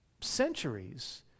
centuries